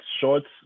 shorts